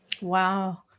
Wow